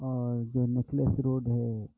اور جو necklace road ہے